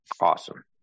awesome